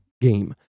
game